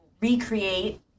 recreate